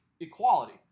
equality